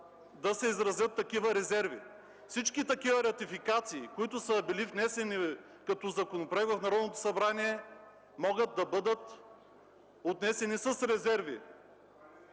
да се изразят такива резерви. Всички такива ратификации, внесени като законопроекти в Народното събрание, могат да бъдат отнесени с резерви